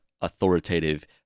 authoritative